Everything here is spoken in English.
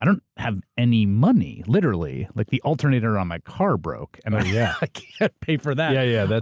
i don't have any money, literally. like the alternator on my car broke and i yeah i can't pay for that. yeah, yeah